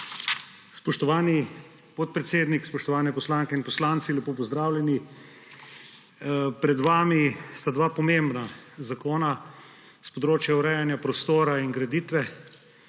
Spoštovani podpredsednik, spoštovani poslanke in poslanci, lepo pozdravljeni! Pred vami sta dva pomembna zakona s področja urejanja prostora in graditve,